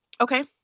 Okay